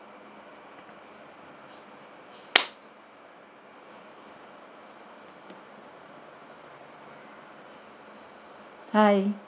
hi